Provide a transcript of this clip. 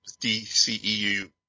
DCEU